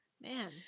Man